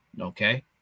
okay